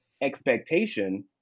expectation